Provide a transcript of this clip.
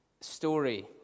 story